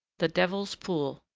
the devil's pool,